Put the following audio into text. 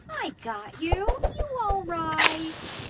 i got you. you all right?